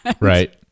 Right